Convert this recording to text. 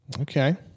Okay